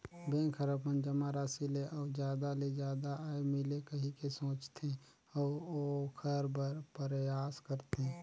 bank हर अपन जमा राशि ले अउ जादा ले जादा आय मिले कहिके सोचथे, अऊ ओखर बर परयास करथे